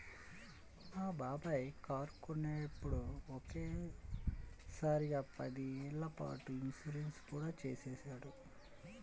మా బాబాయి కారు కొన్నప్పుడే ఒకే సారిగా పదేళ్ళ పాటు ఇన్సూరెన్సు కూడా చేసేశాడు